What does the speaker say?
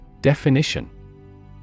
Definition